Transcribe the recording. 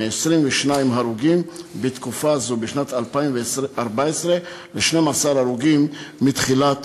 מ-22 הרוגים בתקופה זו בשנת 2014 ל-12 הרוגים מתחילת